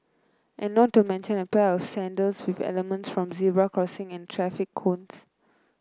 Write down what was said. and not to mention a pair of sandals with elements from zebra crossing and traffic cones